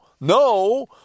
no